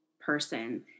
person